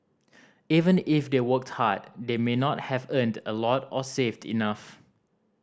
even if they worked hard they may not have earned a lot or saved enough